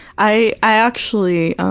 i actually,